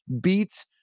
beat